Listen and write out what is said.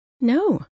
No